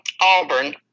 Auburn